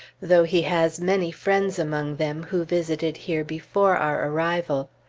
though he has many friends among them who visited here before our arrival.